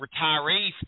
retirees